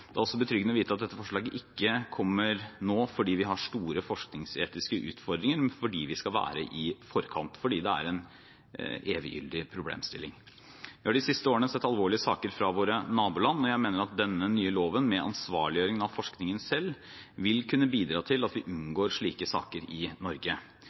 Det er også betryggende å vite at dette forslaget ikke kommer nå fordi vi har store forskningsetiske utfordringer, men fordi vi skal være i forkant – fordi det er en eviggyldig problemstilling. Vi har de siste årene sett alvorlige saker i våre naboland. Jeg mener at denne nye loven, med ansvarliggjøring av forskningen selv, vil kunne bidra til at vi unngår slike saker i Norge.